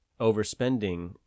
overspending